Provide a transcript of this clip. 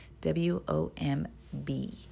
W-O-M-B